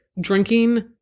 drinking